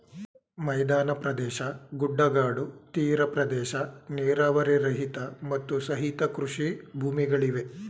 ಮೈದಾನ ಪ್ರದೇಶ, ಗುಡ್ಡಗಾಡು, ತೀರ ಪ್ರದೇಶ, ನೀರಾವರಿ ರಹಿತ, ಮತ್ತು ಸಹಿತ ಕೃಷಿ ಭೂಮಿಗಳಿವೆ